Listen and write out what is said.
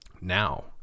Now